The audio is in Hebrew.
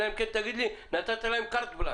אלא אם כן תגיד לי שנתת להם carte blanche.